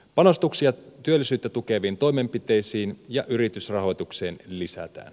panostuksia työllisyyttä tukeviin toimenpiteisiin ja yritysrahoitukseen lisätään